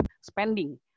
spending